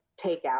takeout